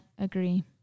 agree